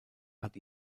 hat